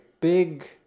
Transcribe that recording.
big